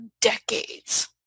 decades